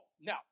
Now